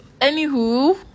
Anywho